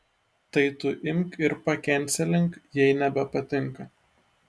tai tu imk ir pakencelink jei nebepatinka